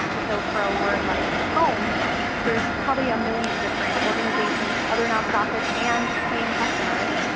um so for a word like poems there's probably a million different organizations, other nonprofits and paying customers,